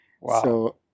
Wow